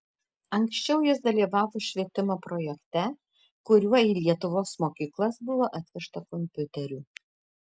anksčiau jis dalyvavo švietimo projekte kuriuo į lietuvos mokyklas buvo atvežta kompiuterių